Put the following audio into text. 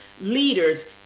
leaders